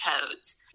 codes